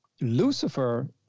Lucifer